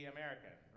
American